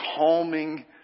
calming